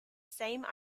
same